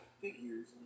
figures